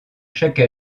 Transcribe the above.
chaque